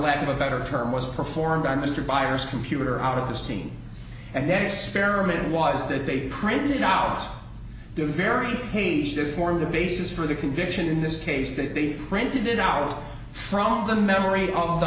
lack of a better term was performed by mr byers computer out of the scene and that experiment was that they printed out their very page that formed the basis for the conviction in this case that they printed it out from the memory of the